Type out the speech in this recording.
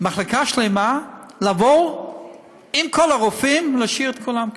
למחלקה שלמה לעבור עם כל הרופאים ולהשאיר את כולם ככה.